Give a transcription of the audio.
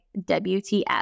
WTF